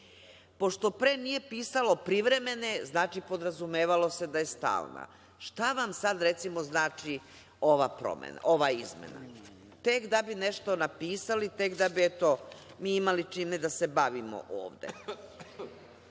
pre nije pisalo privremene, znači podrazumevalo se da je stalna. Šta vam sada recimo znači ova izmena? Tek da bi nešto napisali, tek da bi eto mi imali čime da se bavimo ovde.